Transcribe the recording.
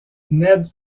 ned